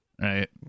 Right